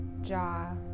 jaw